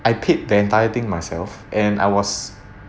I paid the entire thing myself and I was